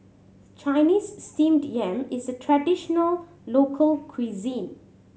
Chinese Steamed Yam is a traditional local cuisine